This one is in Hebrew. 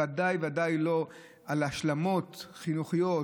ודאי וודאי לא להשלמות חינוכיות.